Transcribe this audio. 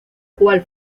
cual